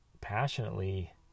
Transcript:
passionately